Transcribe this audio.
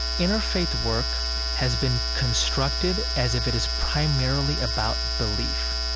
interfaith work has been constructed as if it is primarily about belief.